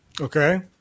Okay